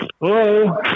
Hello